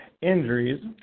Injuries